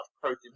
protein